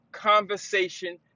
conversation